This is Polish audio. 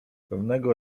pewnego